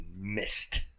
Missed